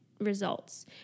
results